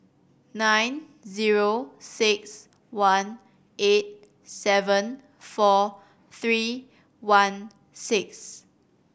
nine zero six one eight seven four three one six